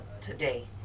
today